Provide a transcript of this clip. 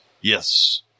Yes